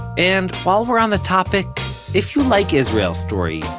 and while we're on the topic if you like israel story,